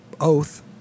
oath